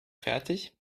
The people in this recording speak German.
fertig